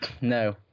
no